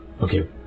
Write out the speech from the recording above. Okay